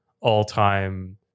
all-time